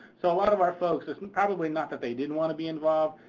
so one of our focuses, probably not that they didn't want to be involved,